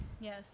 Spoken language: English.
Yes